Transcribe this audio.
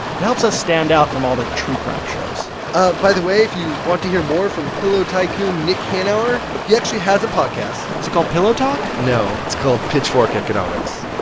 it helps us stand out from all the true crime shows ah by the way, if you want to hear more from pillow tycoon nick hanauer, he actually has a podcast is it called pillow talk? no, it's called pitchfork economics.